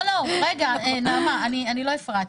לא, רגע נעמה, אני לא הפרעתי.